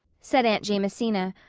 said aunt jamesina,